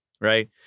right